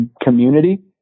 community